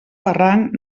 barranc